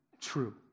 true